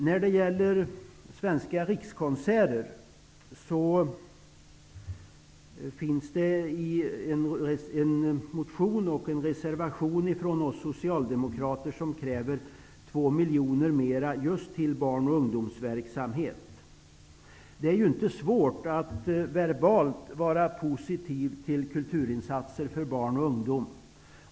När det gäller Svenska rikskonserter finns en motion och en reservation från oss socialdemokrater, där vi kräver en ökning med Det är inte svårt att verbalt vara positiv till kulturinsatser för barn och ungdom.